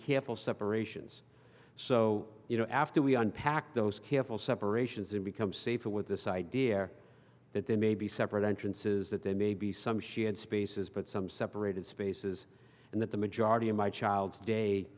careful separations so you know after we unpack those careful separations and become safer with this idea that there may be separate entrances that there may be some she had spaces but some separated spaces and that the majority of my child's day